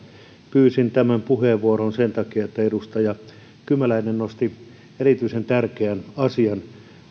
pyysin tämän puheenvuoron sen takia että edustaja kymäläinen nosti erityisen tärkeän asian